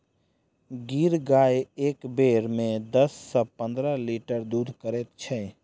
गिर गाय एक बेर मे दस सॅ पंद्रह लीटर दूध करैत छै